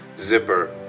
zipper